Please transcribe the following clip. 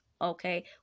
okay